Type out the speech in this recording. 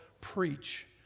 preach